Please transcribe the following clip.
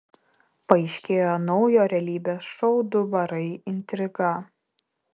paaiškėjo naujo realybės šou du barai intriga